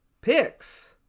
picks